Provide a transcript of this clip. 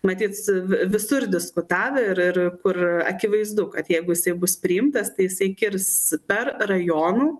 matyt visur diskutavę ir ir kur akivaizdu kad jeigu jisai bus priimtas tai jisai kirs per rajonų